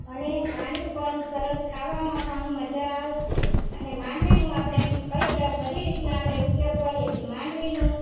અને માંડવી પણ સરસ ખાવામાં પણ મજા આવશે અને માંડવીનું આપણે કંઈક બધી રીતના ઉપયોગ કરીએ છીએ માંડવીનું